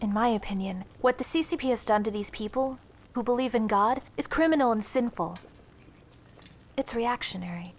in my opinion what the c c p has done to these people who believe in god is criminal and sinful it's reactionary